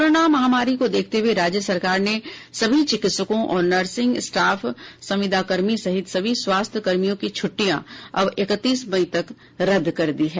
corona महामारी को देखते हये राज्य सरकार ने सभी चिकित्सकों और नर्सिंग स्टाफ संविदाकर्मी सहित सभी स्वास्थ्य कर्मियों की छुटि्टयां अब इकतीस मई तक रद्द कर दी है